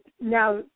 Now